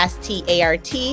start